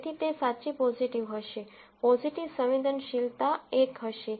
તેથી તે સાચી પોઝીટિવ હશે પોઝીટિવ સંવેદનશીલતા 1 હશે